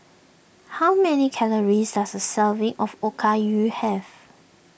how many calories does a serving of Okayu have